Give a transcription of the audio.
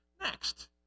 Next